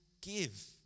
give